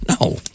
No